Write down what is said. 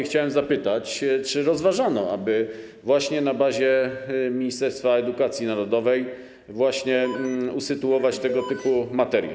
Chciałem zapytać, czy rozważano, aby właśnie na bazie Ministerstwa Edukacji Narodowej usytuować tego typu materię.